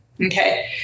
Okay